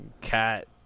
cat